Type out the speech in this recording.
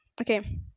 okay